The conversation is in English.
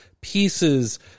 pieces